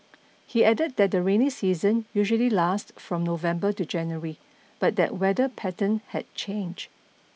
he added that the rainy season usually lasts from November to January but that weather pattern had changed